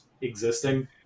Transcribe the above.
existing